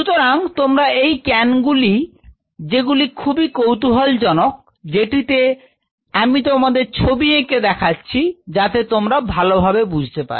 সুতরাং এই ক্যান গুলিতে যেগুলো খুবই কৌতুহলজনক যে যেটি তোমাদের ছবি এঁকে দেখাচ্ছি যাতে তোমরা ভালোভাবে বুঝতে পারবে